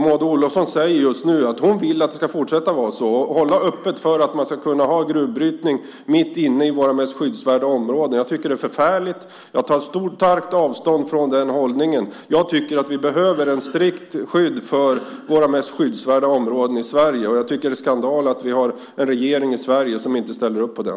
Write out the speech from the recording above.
Maud Olofsson vill att det ska fortsätta att vara så och hålla öppet för att man ska kunna ha gruvbrytning mitt inne i våra mest skyddsvärda områden. Jag tycker att det är förfärligt, och jag tar starkt avstånd från den hållningen! Vi behöver ett strikt skydd för våra mest skyddsvärda områden i Sverige. Det är skandal att vi i Sverige har en regering som inte ställer upp på det!